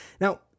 Now